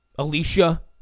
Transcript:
Alicia